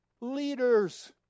leaders